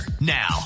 Now